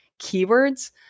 keywords